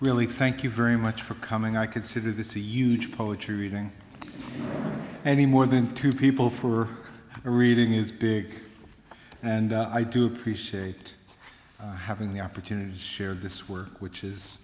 really thank you very much for coming i consider this a huge poetry reading any more than two people for a reading is big and i do appreciate having the opportunity to share this work which is